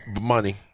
money